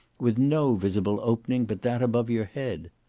with no visible opening but that above your head.